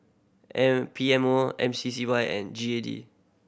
M P M O M C C Y and G A D